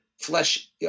flesh